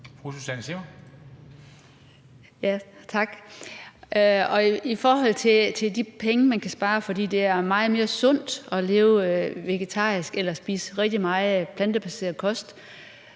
I forhold til de penge, man kan spare, fordi det er meget mere sundt at leve vegetarisk eller spise rigtig meget plantebaseret kost,